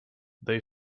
they